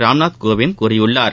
ராம்நாத் கோவிந்த் கூறியுள்ளார்